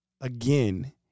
again